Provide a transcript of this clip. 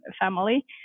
family